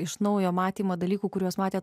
iš naujo matymą dalykų kuriuos matė